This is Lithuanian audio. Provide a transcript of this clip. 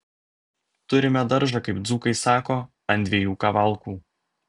turime daržą kaip dzūkai sako ant dviejų kavalkų